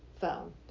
phone